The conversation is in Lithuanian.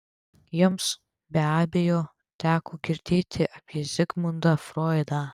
jums be abejo teko girdėti apie zigmundą froidą